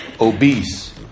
obese